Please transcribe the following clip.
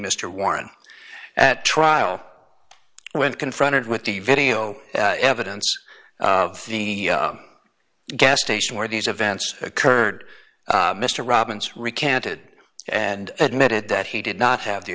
mr warren at trial when confronted with the video evidence of the gas station where these events occurred mr robbins recanted and admitted that he did not have the